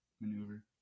maneuver